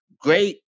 great